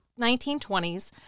1920s